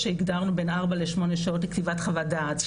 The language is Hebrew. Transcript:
שהגדרנו בין ארבע לשמונה שעות לכתיבת חוות דעת,